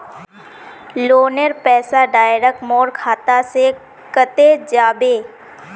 लोनेर पैसा डायरक मोर खाता से कते जाबे?